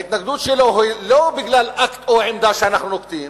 ההתנגדות שלו היא לא בגלל אקט או עמדה שאנחנו נוקטים.